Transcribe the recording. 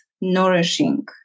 nourishing